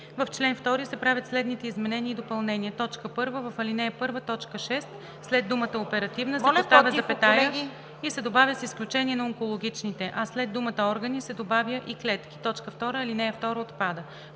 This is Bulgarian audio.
„В чл. 2 се правят следните изменения и допълнения: 1. В ал. 1, т. 6 след думата „оперативна“ се поставя запетая и се добавя „с изключение на онкологичните“, а след думата ,, органи“ се добавя „и клетки“. 2. Ал. 2 отпада.“